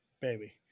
baby